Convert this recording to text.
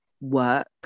Work